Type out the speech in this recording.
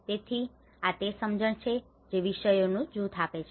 તેથી આ તે સમજણ છે જે વિષયોનું જૂથ આપે છે